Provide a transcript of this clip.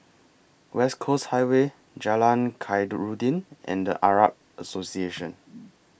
West Coast Highway Jalan Khairuddin and The Arab Association